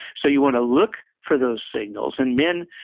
so, you want to look for those signals. and men,